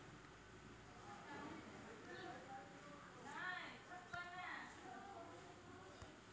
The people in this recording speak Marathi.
तेसनी जगमा पहिलं जमीन रेकॉर्डिंग आणि मोजमापन मशिन तयार करं व्हतं